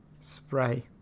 spray